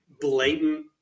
blatant